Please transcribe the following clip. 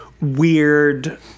weird